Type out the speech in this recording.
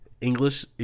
English